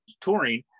touring